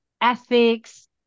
ethics